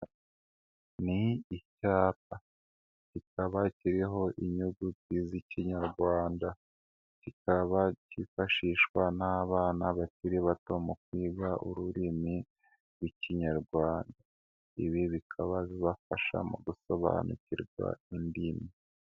Ni icyapa kikaba kiriho inyuguti z'ikinyarwanda. Kikaba kifashishwa n'abana bakiri bato mu kwiga ururimi rw'ikinyarwanda. Ibi bikaba bibafasha mu gusobanukirwa indimi.